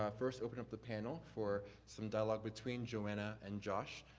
ah first open up the panel for some dialogue between joanna and josh.